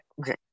okay